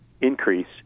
increase